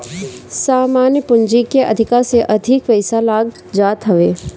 सामान्य पूंजी के अधिका से अधिक पईसा लाग जात हवे